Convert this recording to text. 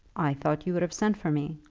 i thought you would have sent for me.